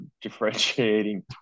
differentiating